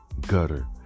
Gutter